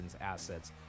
assets